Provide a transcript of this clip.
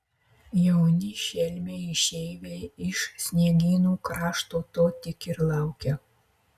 jauni šelmiai išeiviai iš sniegynų krašto to tik ir laukia